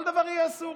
כל דבר יהיה אסור,